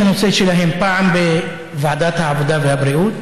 הנושא שלהם פעם בוועדת העבודה והבריאות,